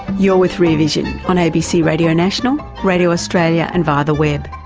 you're with rear vision on abc radio national, radio australia and via the web.